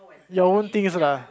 your own things lah